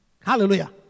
Hallelujah